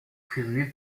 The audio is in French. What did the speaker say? prisonnier